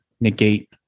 negate